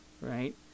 right